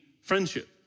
friendship